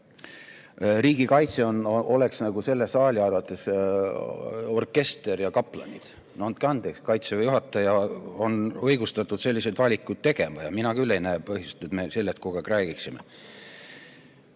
Riigikaitse oleks selle saali arvates nagu orkester ja kaplanid. No andke andeks! Kaitseväe juhataja on õigustatud selliseid valikuid tegema ja mina küll ei näe põhjust, miks me sellest kogu aeg räägime.